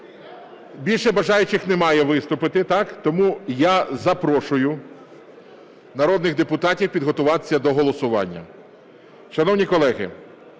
більше бажаючих немає виступити, так? Тому я запрошую народних депутатів підготуватися до голосування.